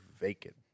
vacant